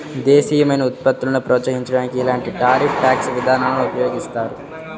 దేశీయమైన ఉత్పత్తులను ప్రోత్సహించడానికి ఇలాంటి టారిఫ్ ట్యాక్స్ విధానాలను ఉపయోగిస్తారు